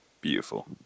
Beautiful